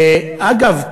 אגב,